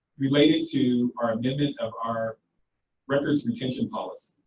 related to our amendment of our records retention policy.